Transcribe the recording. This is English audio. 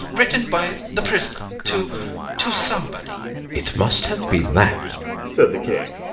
written by the prisoner to to somebody it must have been that said the king,